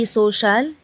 social